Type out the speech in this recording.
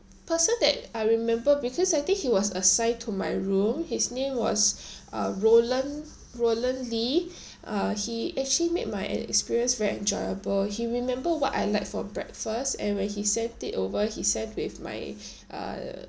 person that I remember because I think he was assigned to my room his name was uh roland roland lee uh he actually made my ex~ experience very enjoyable he remember what I like for breakfast and when he sent it over he sent with my uh